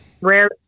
rare